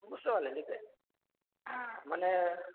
বুঝতে পারলেন এতে হ্যাঁ মানে